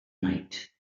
night